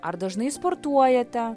ar dažnai sportuojate